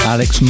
Alex